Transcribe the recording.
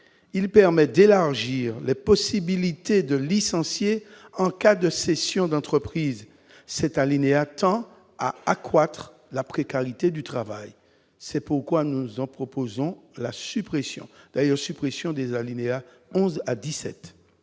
il permet d'élargir les possibilités de licencier en cas de cession d'entreprise cet alinéa tend à accroître la précarité du travail, c'est pourquoi nous en proposons la suppression, d'ailleurs,